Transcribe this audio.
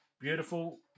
beautiful